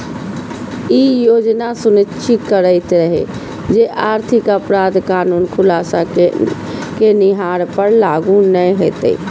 ई योजना सुनिश्चित करैत रहै जे आर्थिक अपराध कानून खुलासा केनिहार पर लागू नै हेतै